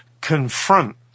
confront